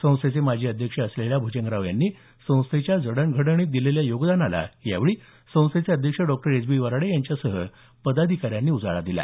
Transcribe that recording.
संस्थेचे माजी अध्यक्ष असलेल्या भ्जंगराव यांनी संस्थेच्या जडणघडणीत दिलेल्या योगदानाला यावेळी संस्थेचे अध्यक्ष डॉ एस बी वराडे यांच्यासह पदाधिकाऱ्यांनी उजाळा दिला